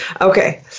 Okay